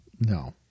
No